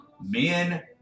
Men